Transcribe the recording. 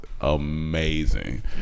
amazing